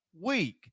week